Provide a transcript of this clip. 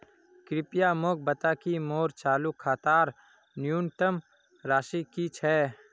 कृपया मोक बता कि मोर चालू खातार न्यूनतम राशि की छे